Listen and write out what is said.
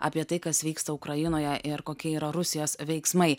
apie tai kas vyksta ukrainoje ir kokie yra rusijos veiksmai